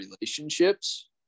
relationships